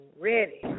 ready